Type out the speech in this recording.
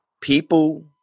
people